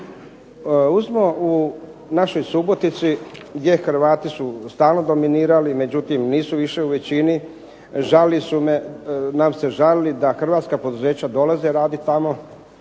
Uzmimo u našoj Subotici gdje su Hrvati stalno dominirali, međutim, nisu više u većini, žalili su nam se da Hrvatska poduzeća dolaze raditi tamo